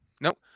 Nope